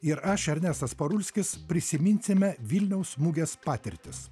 ir aš ernestas parulskis prisiminsime vilniaus mugės patirtis